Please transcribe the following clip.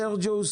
סרג'יו,